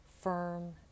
firm